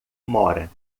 mora